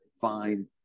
find